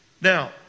Now